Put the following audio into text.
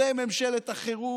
זו ממשלת החירום.